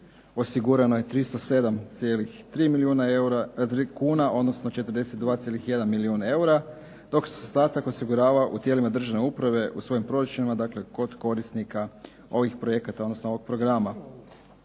osigurano je 307,3 milijuna kuna, odnosno 42,1 milijun eura dok se ostatak osigurava u tijelima državne uprave u svojim proračunima dakle kod korisnika ovih projekata odnosno ovog programa.